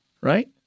Right